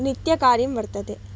नित्यकार्यं वर्तते